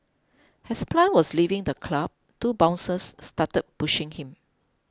has plant was leaving the club two bouncers started pushing him